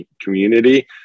community